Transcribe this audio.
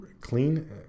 clean